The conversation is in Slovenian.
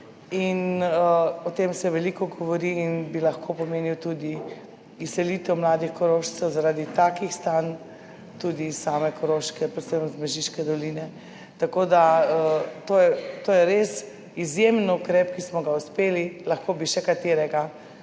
in o tem se veliko govori in bi lahko pomenil tudi izselitev mladih Korošcev zaradi takih stanj tudi iz same Koroške, predvsem iz Mežiške doline. Tako da to je, to je res izjemen ukrep, ki smo ga uspeli. Lahko bi še katerega,